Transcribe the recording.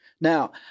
Now